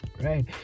Right